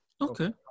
Okay